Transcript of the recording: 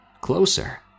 closer